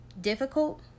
difficult